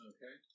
Okay